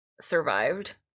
survived